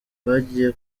bagiye